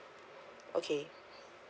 okay